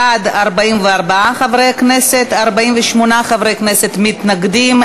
בעד, 35 חברי כנסת, 36 מתנגדים.